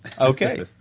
Okay